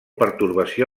pertorbació